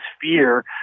fear